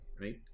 right